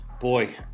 Boy